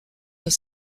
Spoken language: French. dans